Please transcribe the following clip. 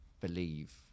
believe